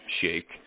shake